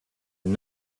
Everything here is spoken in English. and